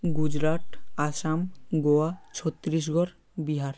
Gujarat Assam Goa Chhattisgarh Bihar